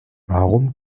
warum